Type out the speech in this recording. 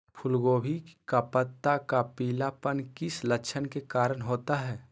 फूलगोभी का पत्ता का पीलापन किस लक्षण के कारण होता है?